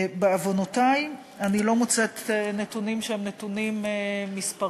בעוונותי, אני לא מוצאת נתונים מספריים.